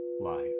life